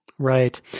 Right